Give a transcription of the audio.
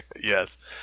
Yes